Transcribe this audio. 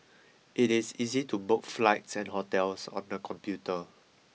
it is easy to book flights and hotels on the computer